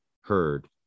heard